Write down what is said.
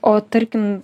o tarkim